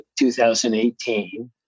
2018